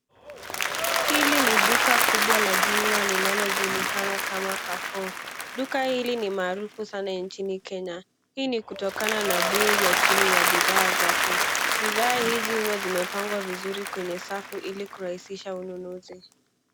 Hili ni duka kubwa la jumla linalojulikana kama Carrefour. Duka hili ni maarufu sana nchini Kenya. Hii ni kutoka na bei ya chini ya bidhaa zake. Bidhaa hizi huwa zimepangwa vizuri kwenye safu ili kurahisisha ununuzi.